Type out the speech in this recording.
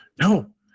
No